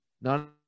none